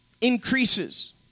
increases